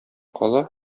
кала